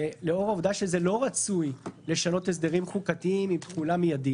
ולאור העובדה שזה לא רצוי לשנות הסדרים חוקתיים עם תחולה מיידית